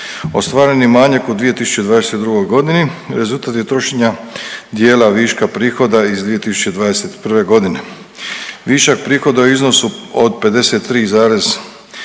Ostvareni manjak u 2022. godini rezultat je trošenja dijela viška prihoda iz 2021. godine. Višak prihoda u iznosu od 53,114